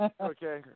okay